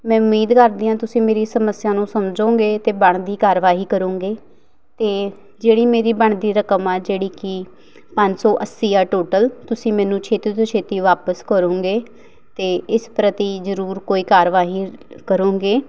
ਮੈਂ ਉਮੀਦ ਕਰਦੀ ਹਾਂ ਤੁਸੀਂ ਮੇਰੀ ਸਮੱਸਿਆ ਨੂੰ ਸਮਝੋਂਗੇ ਅਤੇ ਬਣਦੀ ਕਾਰਵਾਈ ਕਰੋਂਗੇ ਅਤੇ ਜਿਹੜੀ ਮੇਰੀ ਬਣਦੀ ਰਕਮ ਆ ਜਿਹੜੀ ਕਿ ਪੰਜ ਸੋ ਅੱਸੀ ਆ ਟੋਟਲ ਤੁਸੀਂ ਮੈਨੂੰ ਛੇਤੀ ਤੋਂ ਛੇਤੀ ਵਾਪਸ ਕਰੋਂਗੇ ਅਤੇ ਇਸ ਪ੍ਰਤੀ ਜ਼ਰੂਰ ਕੋਈ ਕਾਰਵਾਈ ਕਰੋਂਗੇ